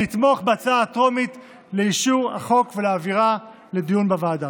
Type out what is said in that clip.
לתמוך בהצעה הטרומית לאישור החוק ולהעבירה לדיון בוועדה.